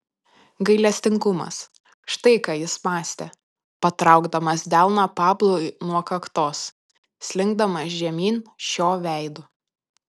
gailestingumas štai ką jis mąstė patraukdamas delną pablui nuo kaktos slinkdamas žemyn šio veidu